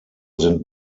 sind